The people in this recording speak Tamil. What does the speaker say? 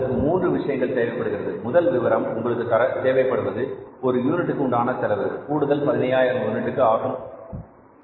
அதற்கு 3 விஷயங்கள் தேவைப்படுகிறது முதல் விவரம் உங்களுக்கு தேவைப்படுவது ஒரு யூனிட்டுக்கு உண்டான செலவு கூடுதல் 15000 யூனிட்டுக்கு ஆகும் செலவு